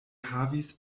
havis